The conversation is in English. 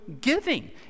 giving